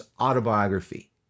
autobiography